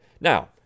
Now